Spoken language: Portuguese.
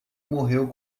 morreu